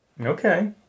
Okay